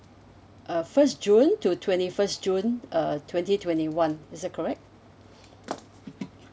uh first june to twenty first june uh twenty twenty one is that correct